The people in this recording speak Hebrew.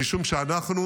משום שאנחנו